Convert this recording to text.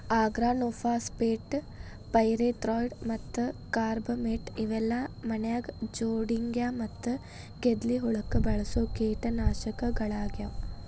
organophosphate, pyrethroid ಮತ್ತ carbamate ಇವೆಲ್ಲ ಮನ್ಯಾಗ ಜೊಂಡಿಗ್ಯಾ ಮತ್ತ ಗೆದ್ಲಿ ಹುಳಕ್ಕ ಬಳಸೋ ಕೇಟನಾಶಕಗಳಾಗ್ಯಾವ